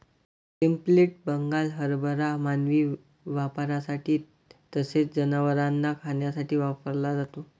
split Bengal हरभरा मानवी वापरासाठी तसेच जनावरांना खाण्यासाठी वापरला जातो